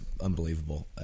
unbelievable